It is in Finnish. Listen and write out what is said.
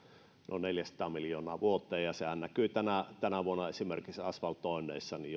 neljäsataa miljoonaa vuodessa ja sehän näkyi tänä tänä vuonna esimerkiksi asfaltoinneissa niin